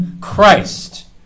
Christ